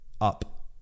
up